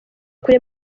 kure